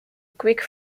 quick